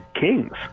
kings